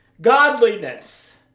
godliness